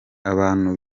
abantu